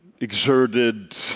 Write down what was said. exerted